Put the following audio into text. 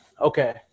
Okay